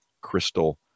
crystal